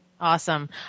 awesome